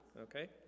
okay